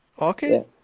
Okay